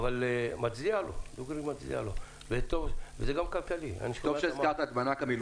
"הטובים לתעשייה" ולהתחבר לדברים שגם אמיר